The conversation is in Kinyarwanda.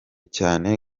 cyane